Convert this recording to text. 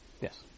Yes